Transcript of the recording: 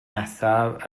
nesaf